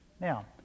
Now